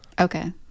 okay